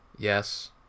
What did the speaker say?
yes